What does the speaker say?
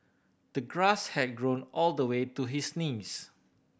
the grass had grown all the way to his knees